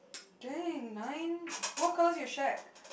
dang nine what colour is your shirt